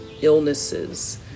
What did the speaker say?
illnesses